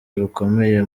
rukomeye